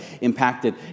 impacted